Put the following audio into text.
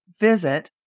visit